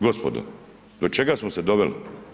Gospodo, do čega smo se doveli?